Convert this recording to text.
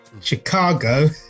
Chicago